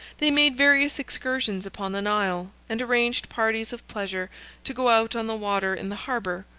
they made various excursions upon the nile, and arranged parties of pleasure to go out on the water in the harbor,